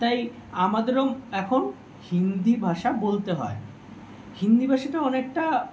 তাই আমাদেরও এখন হিন্দি ভাষা বলতে হয় হিন্দি ভাষাটা অনেকটা